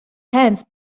hands